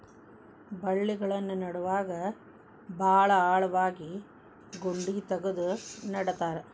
ಬಳ್ಳಿಗಳನ್ನ ನೇಡುವಾಗ ಭಾಳ ಆಳವಾಗಿ ಗುಂಡಿ ತಗದು ನೆಡತಾರ